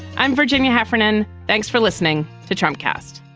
i'm virginia heffernan. thanks for listening to trump cast